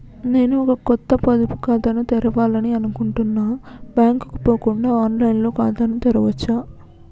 నేను ఒక కొత్త పొదుపు ఖాతాను తెరవాలని అనుకుంటున్నా బ్యాంక్ కు పోకుండా ఆన్ లైన్ లో ఖాతాను తెరవవచ్చా?